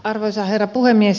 arvoisa herra puhemies